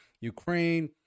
Ukraine